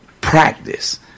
practice